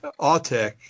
Autec